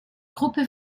gruppe